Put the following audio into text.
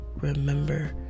remember